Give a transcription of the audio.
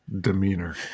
demeanor